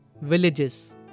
villages